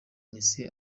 messi